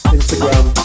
Instagram